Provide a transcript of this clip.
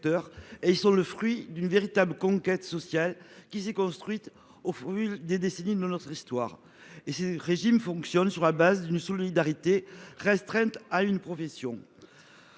et sont le fruit d'une véritable conquête sociale, qui s'est construite au fil des décennies. Ces régimes fonctionnent, en outre, sur la base d'une solidarité restreinte à une profession.